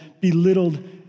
belittled